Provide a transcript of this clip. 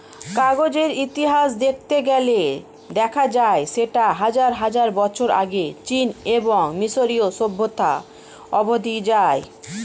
কাগজের ইতিহাস দেখতে গেলে দেখা যায় সেটা হাজার হাজার বছর আগে চীন এবং মিশরীয় সভ্যতা অবধি যায়